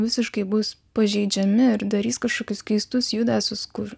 visiškai bus pažeidžiami ir darys kažkokius keistus judesius kur